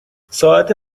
ساعت